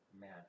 man